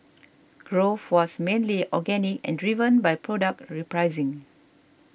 growth was mainly organic and driven by product repricing